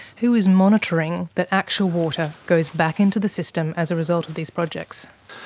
who is monitoring that actual water goes back into the system as a result of these projects?